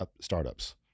startups